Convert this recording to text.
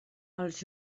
els